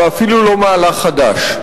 ואפילו לא מהלך חדש.